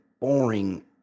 boring